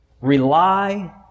Rely